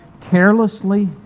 carelessly